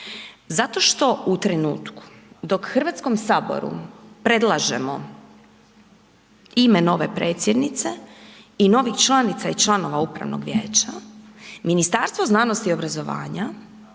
Zato što u trenutku dok Hrvatskom saboru predlažemo ime nove predsjednice i novih članica i članova upravnog vijeća, Ministarstvo znanosti i obrazovanja